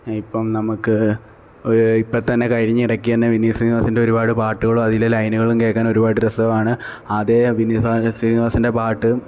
ഇപ്പം നമുക്ക് ഇപ്പം തന്നെ കഴിഞ്ഞ ഇടയ്ക്ക് തന്നെ ശ്രീനിവാസന്റെ ഒരുപാട് പാട്ടുകളും അതിലെ ലൈനുകളും കേൾക്കാൻ ഒരുപാട് രസമാണ് അതെ വിനീത് ശ്രീനിവാസന്റെ പാട്ടും